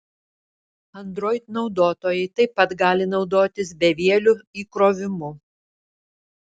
android naudotojai taip pat gali naudotis bevieliu įkrovimu